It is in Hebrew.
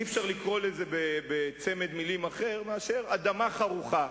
אי-אפשר לקרוא לזה משהו אחר מצמד המלים "אדמה חרוכה",